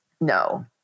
no